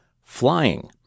flying